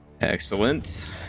Excellent